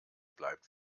bleibt